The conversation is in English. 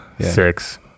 six